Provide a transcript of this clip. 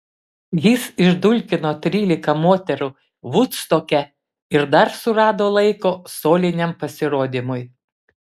jis išdulkino trylika moterų vudstoke ir dar surado laiko soliniam pasirodymui